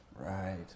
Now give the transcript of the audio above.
Right